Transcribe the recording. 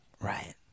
right